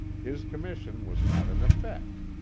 his commission was not in effect.